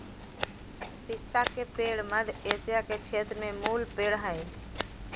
पिस्ता के पेड़ मध्य एशिया के क्षेत्र के मूल पेड़ हइ